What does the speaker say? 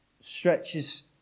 stretches